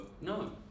no